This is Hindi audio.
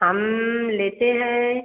हम लेते हैं